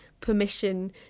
permission